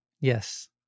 Yes